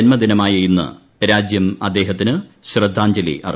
ജന്മദിനമായ ഇന്ന് രാജ്യം അദ്ദേഹത്തിന് ശ്രദ്ധാഞ്ജലി അർപ്പിച്ചു